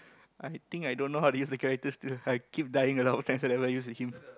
I think I don't know how to use the character still I keep dying a lot of times whenever I use with him